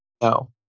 No